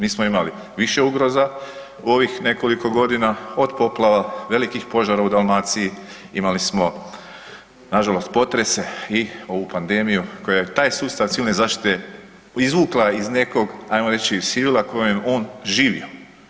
Mi smo imali više ugroza u ovih nekoliko godina, od poplava, velikih požara u Dalmaciji, imali smo nažalost potrese i ovu pandemiju koja je taj sustav civilne zaštite izvukla iz nekog, ajmo reći, sivila u kojem je on živio.